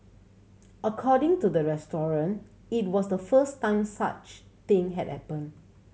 according to the restaurant it was the first time such thing had happened